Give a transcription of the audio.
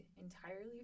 entirely